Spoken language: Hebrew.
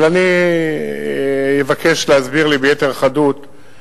אבל אני אבקש להסביר לי ביתר חדות,